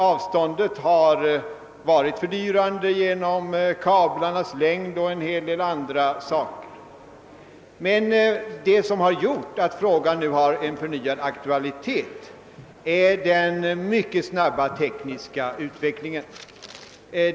Avståndet har varit fördyrande på grund av kablarnas längd och en hel del andra omständigheter. Vad som har gjort att frågan nu har en förnyad aktualitet är den mycket snabba tekniska utvecklingen.